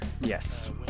Yes